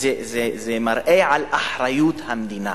זה מראה על אחריות המדינה.